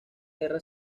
guerra